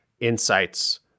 insights